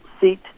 seat